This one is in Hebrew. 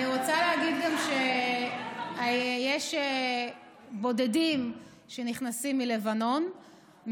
אני רוצה להגיד גם שיש בודדים שנכנסים מלבנון,